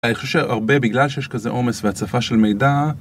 אני חושב שהרבה בגלל שיש כזה עומס והצפה של מידע